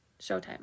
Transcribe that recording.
showtime